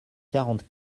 quarante